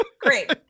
Great